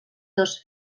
dos